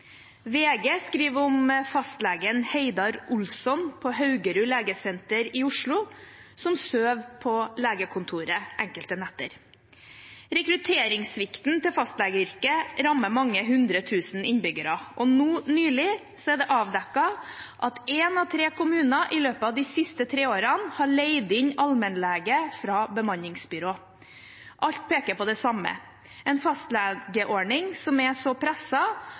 VG skriver om fastlegen Heidar Olsson på Haugerud legesenter i Oslo, som sover på legekontoret enkelte netter. Rekrutteringssvikten til fastlegeyrket rammer mange hundre tusen innbyggere, og nå nylig er det avdekket at en av tre kommuner i løpet av de siste tre årene har leid inn allmennlege fra bemanningsbyrå. Alt peker på det samme: en fastlegeordning som er så